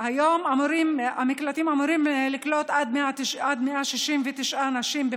היום המקלטים אמורים לקלוט עד 169 נשים.